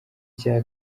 cya